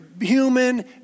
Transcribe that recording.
human